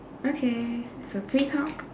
okay so free talk